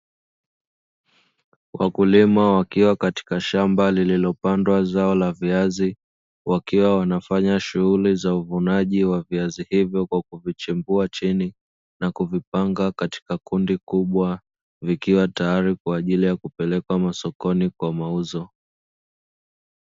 Wakulima wakiwa katika shamba lililopandwa zao la viazi wakiwa wanafanya shughuli za uvunaji wa viazi hivyo kwa kuvichimbua chini na kuvipanga katika kundi kubwa vikiwa tayari kwa ajili ya kupelekwa masokoni kwa mauzo.